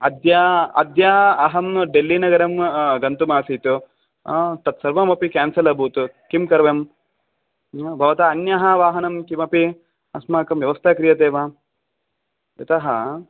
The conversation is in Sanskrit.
अद्य अद्य अहं डेल्लीनगरं गन्तुम् आसीत् तत् सर्वमपि केन्सेल् अभूत् किं कर्वं भवतः अन्यं वाहनं किमपि अस्माकं व्यवस्था क्रियते वा यतः